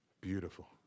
Beautiful